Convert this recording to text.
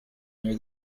near